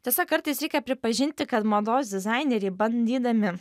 tiesa kartais reikia pripažinti kad mados dizaineriai bandydami